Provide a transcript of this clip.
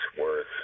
worth